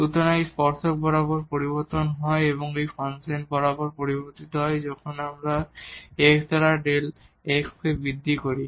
সুতরাং এই টানজেন্ট বরাবর পরিবর্তন হয় এবং এটি ফাংশন বরাবর পরিবর্তিত হয় যখন আমরা x দ্বারা Δ x কে বৃদ্ধি করি